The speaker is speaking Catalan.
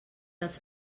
els